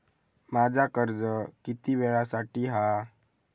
माझा कर्ज किती वेळासाठी हा?